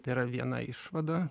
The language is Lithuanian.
tai yra viena išvada